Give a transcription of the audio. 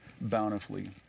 bountifully